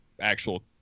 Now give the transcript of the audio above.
actual